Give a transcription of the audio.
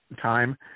time